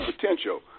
potential